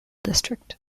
district